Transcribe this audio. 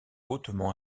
hautement